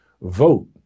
vote